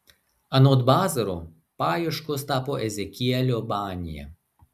anot bazaro paieškos tapo ezekielio manija